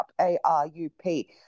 A-R-U-P